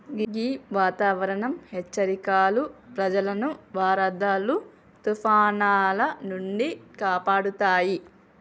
గీ వాతావరనం హెచ్చరికలు ప్రజలను వరదలు తుఫానాల నుండి కాపాడుతాయి